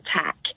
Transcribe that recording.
attack